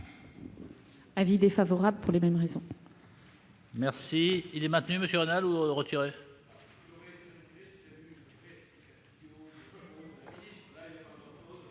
avis défavorable, pour les mêmes raisons.